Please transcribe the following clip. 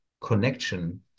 connection